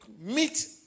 meet